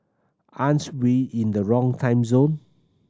aren't we in the wrong time zone